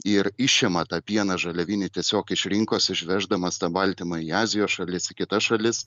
ir išima tą pieną žaliavinį tiesiog iš rinkos išveždamas tą baltymą į azijos šalis į kitas šalis